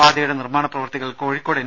പാതയുടെ നിർമാണ പ്രവൃത്തികൾ കോഴിക്കോട് എൻ